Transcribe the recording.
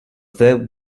that